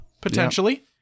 potentially